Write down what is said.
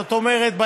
זאת אומרת,